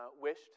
wished